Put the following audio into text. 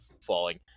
falling